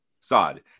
Saad